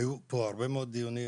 היו פה הרבה מאוד דיונים,